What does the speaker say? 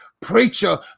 preacher